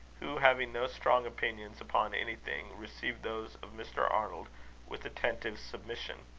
who, having no strong opinions upon anything, received those of mr. arnold with attentive submission.